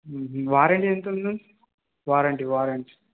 warranty ఎంత ఉంది warranty warranty